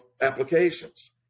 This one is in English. applications